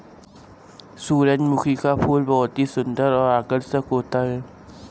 सुरजमुखी का फूल बहुत ही सुन्दर और आकर्षक होता है